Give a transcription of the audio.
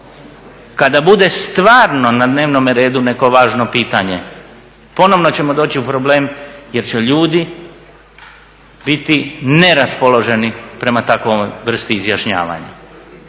kada bude stvarno na dnevnome redu neko važno pitanje ponovno ćemo doći u problem jer će ljudi biti neraspoloženi prema takvoj vrsti izjašnjavanja.